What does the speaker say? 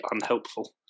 unhelpful